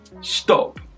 stop